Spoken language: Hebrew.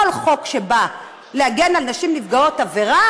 כל חוק שנועד להגן על נשים נפגעות עבירה